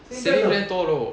saving plan 多 loh